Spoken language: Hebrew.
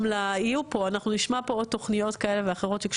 יהיו פה, אנחנו נשמע פה עוד תוכניות כאלה ואחרות.